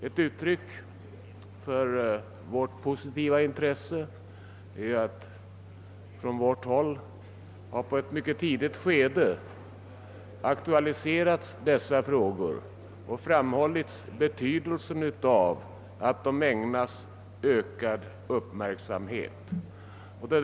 Ett uttryck för vårt positiva intresse är att vi i ett mycket tidigt skede aktualiserade dessa frågor och framhöll betydelsen av att de ägnas ökad uppmärksamhet.